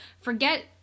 forget